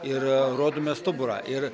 ir rodome stuburą ir